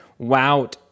Wout